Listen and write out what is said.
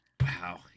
Wow